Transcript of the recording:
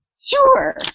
Sure